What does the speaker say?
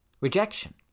Rejection